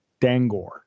Dangor